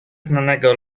znanego